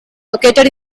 located